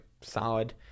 solid